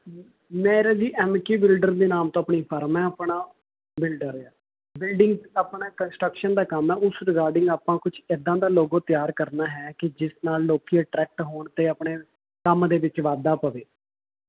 ਮੇਰਾ ਜੀ M K builder ਦੇ ਨਾਮ ਤੋਂ ਆਪਣੀ ਫ਼ਰਮ ਹੈ ਆਪਣਾ ਬਿਲਡਰ ਹੈ ਬਿਲਡਿੰਗ ਆਪਣਾ ਕੰਸਟ੍ਰਕਸ਼ਨ ਦਾ ਕੰਮ ਹੈ ਉਸ ਰਿਗਾਰਡਿੰਗ ਆਪਾਂ ਕੁਛ ਇੱਦਾਂ ਦਾ ਲੋਗੋ ਤਿਆਰ ਕਰਨਾ ਹੈ ਕਿ ਜਿਸ ਨਾਲ ਲੋਕ ਅਟ੍ਰੈਕਟ ਹੋਣ ਅਤੇ ਆਪਣੇ ਕੰਮ ਦੇ ਵਿੱਚ ਵਾਧਾ ਪਵੇ